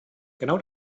genau